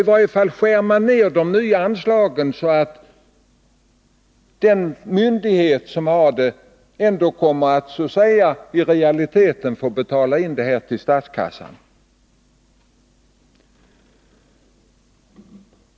I varje fall skär man ner de nya anslagen så att myndigheten i fråga så att säga ändå kommer att i realiteten få betala in beloppet till statskassan.